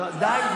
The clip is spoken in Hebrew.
די.